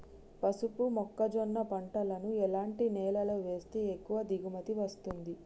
పసుపు మొక్క జొన్న పంటలను ఎలాంటి నేలలో వేస్తే ఎక్కువ దిగుమతి వస్తుంది?